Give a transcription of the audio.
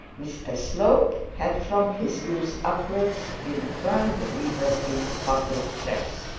mr slope had from his youth upwards been a firm believer in the public press.